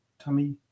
tummy